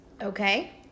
Okay